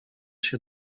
się